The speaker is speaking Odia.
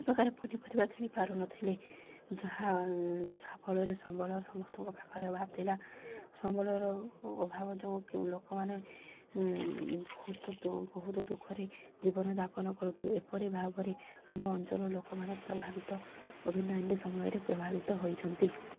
ପ୍ରକାର ପନିପରିବା କିଣି ପାରୁନଥିଲେ ଯାହା ଯାହାଫଳରେ ସମ୍ବଳର ସମସ୍ତଙ୍କ ପାଖରେ ଅଭାବ ଥିଲା ସମ୍ବଳର ଅଭାବ ଯ ଲୋକମାନେ ବହୁତ ବହୁତ ଦୁଃଖରେ ଜୀବନଯାପନ କରୁଥିଲେ ଏପରି ଭାବରେ ଆମ ଅଞ୍ଚଳର ଲୋକମାନେ ପ୍ରଭାବିତ କୋଭିଡ଼ ନାଇଣ୍ଟିନ ସମୟରେ ପ୍ରଭାବିତ ହୋଇଛନ୍ତି